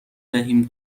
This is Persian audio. دهیم